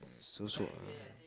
so so uh